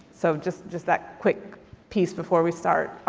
so just just that quick piece before we start.